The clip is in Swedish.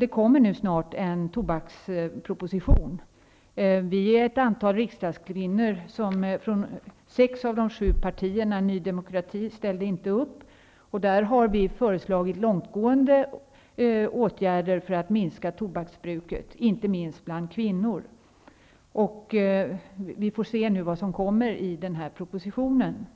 Det kommer snart en tobaksproposition. Vi är ett antal riksdagskvinnor från sex av de sju partierna -- Ny demokrati ställde inte upp -- som har föreslagit långtgående åtgärder för att minska tobaksbruket -- inte minst bland kvinnor. Vi får se vad som tas med i propositionen.